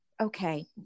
okay